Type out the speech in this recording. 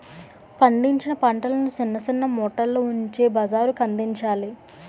పండించిన పంటలను సిన్న సిన్న మూటల్లో ఉంచి బజారుకందించాలి